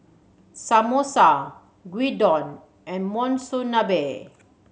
Samosa Gyudon and Monsunabe